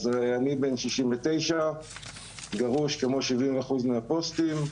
אז אני בן 69. גרוש כמו 70% מהפוסטים.